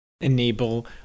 enable